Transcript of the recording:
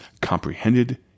comprehended